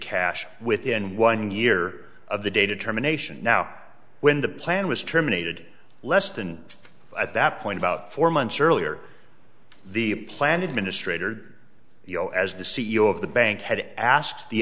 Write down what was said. cash within one year of the data termination now when the plan was terminated less than at that point about four months earlier the plan administrator you know as the c e o of the bank had asked the